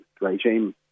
regime